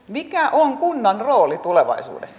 mikä on kunnan rooli tulevaisuudessa